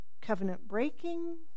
covenant-breaking